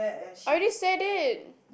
already said it